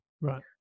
Right